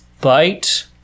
Bite